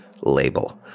Label